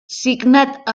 signat